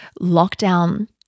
lockdown-